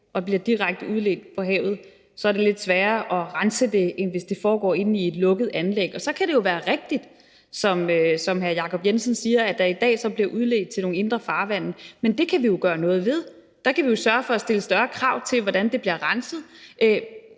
og bliver direkte udledt i havet, er det lidt sværere at rense det, end hvis det foregår inde i et lukket anlæg. Og så kan det jo være rigtigt, som hr. Jacob Jensen siger, at der i dag så bliver udledt til nogle indre farvande, men det kan vi jo gøre noget ved. Der kan vi jo sørge for at stille større krav til, hvordan det bliver renset,